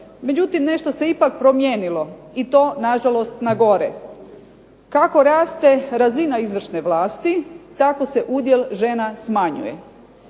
Međutim, ipak nešto se promijenilo, i to na žalost na gore. Kako raste razina izvršne vlasti, tako se udjel žena smanjuje.